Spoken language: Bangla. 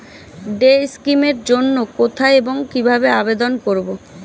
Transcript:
ডে স্কিম এর জন্য কোথায় এবং কিভাবে আবেদন করব?